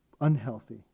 unhealthy